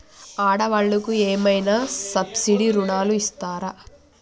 ఆడ వాళ్ళకు ఏమైనా సబ్సిడీ రుణాలు ఇస్తారా?